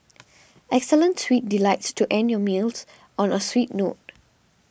excellent sweet delights to end your meals on a sweet note